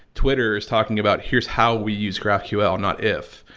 twitter is talking about here's how we use graphql, not if.